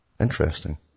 Interesting